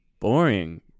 boring